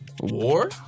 war